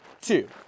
two